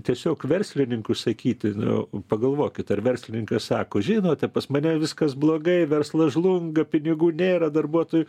tiesiog verslininkui sakyti nu pagalvokit ar verslininkas sako žinote pas mane viskas blogai verslas žlunga pinigų nėra darbuotojų